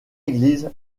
église